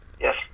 Yes